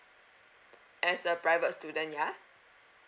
as a private student ya